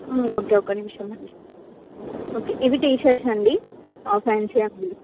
okay ఒక్క నిమిషం అండి ఓకే ఇవి టీ షర్ట్స్ అండి హాఫ్ హ్యాండ్స్